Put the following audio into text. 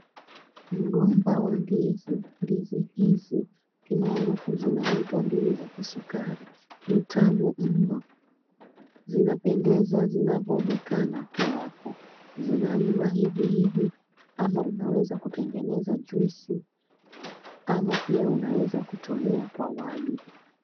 Mgomba wa ndizi. Ndizi hizi kimaarufu zinaitwa ndizi za kisukari. Ni tamu mno. Zinapendeza zinavyoonekana tu hapo. Zinaliwa hivi hivi ama unaweza kutengeneza juisi ama pia unaweza kutolea kwa wali.